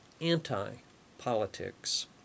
anti-politics